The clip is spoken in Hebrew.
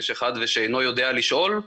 יש אחד "ושאינו יודע לשאול"